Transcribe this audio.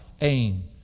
aim